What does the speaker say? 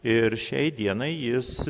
ir šiai dienai jis